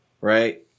Right